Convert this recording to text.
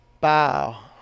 bow